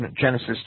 Genesis